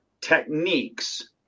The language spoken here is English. techniques